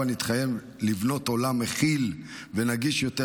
הבה נתחייב לבנות עולם מכיל ונגיש יותר